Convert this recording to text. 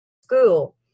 school